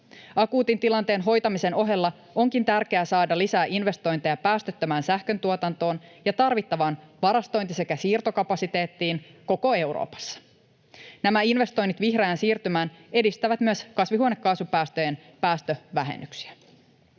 Akuutin tilanteen hoitamisen ohella onkin tärkeää saada lisää investointeja päästöttömään sähköntuotantoon ja tarvittavaan varastointi- sekä siirtokapasiteettiin koko Euroopassa. Nämä investoinnit vihreään siirtymään edistävät myös kasvihuonekaasujen päästövähennyksiä.